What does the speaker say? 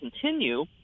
continue